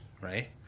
Right